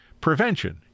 Prevention